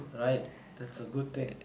right that's a good thing